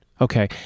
Okay